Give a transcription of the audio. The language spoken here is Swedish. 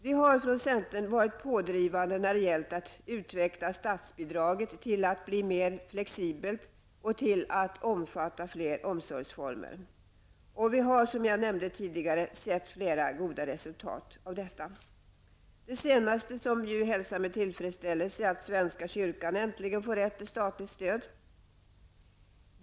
Vi har från centern varit pådrivande när det gällt att utveckla statsbidraget till att bli mer flexibelt och till att omfatta fler omsorgsformer. Och vi har, som jag tidigare nämnde, sett flera goda resultat av detta. Det senaste, som vi hälsar med tillfredsställelse, är att svenska kyrkan äntligen får rätt till statligt stöd.